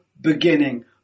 beginning